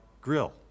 Grill